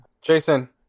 jason